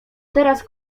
teraz